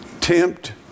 tempt